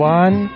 one